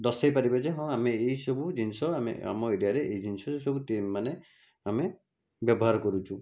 ଦର୍ଶାଇ ପାରିବେ ଯେ ହଁ ଆମେ ଏଇସବୁ ଜିନିଷ ଆମେ ଆମ ଏରିୟାରେ ଏଇ ଜିନିଷ ସବୁ ମାନେ ଆମେ ବ୍ୟବହାର କରୁଛୁ